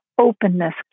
Openness